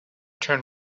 turn